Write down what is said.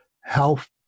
health